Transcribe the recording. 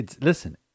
Listen